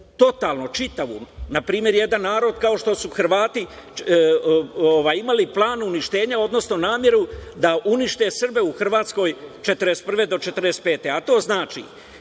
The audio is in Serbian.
totalno, čitavu, na primer jedan narod kao što su Hrvati imali plan uništenja, odnosno nameru da unište Srbe u Hrvatskoj 1941. do 1945. godine,